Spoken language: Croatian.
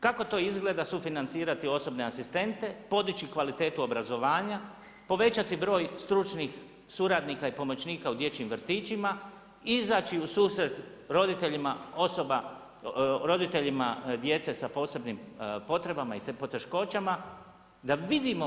Kako to izgleda sufinancirati osobne asistente, podići kvalitetu obrazovanja, povećati broj stručnih suradnika i pomoćnika u dječjim vrtićima, izaći u susret roditeljima osoba, roditeljima djece sa posebnim potrebama i poteškoćama da vidimo.